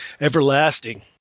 everlasting